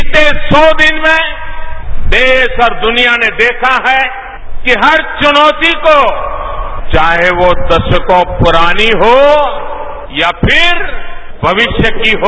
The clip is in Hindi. बीते सौ दिन में देश और दनिया ने देखा है कि हर च्नौती को चाहे वो दशकों पूरानी हो या फ़िर भविष्य की हो